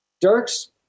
Dirk's